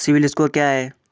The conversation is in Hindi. सिबिल स्कोर क्या है?